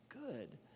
good